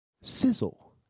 Sizzle